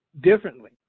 differently